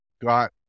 got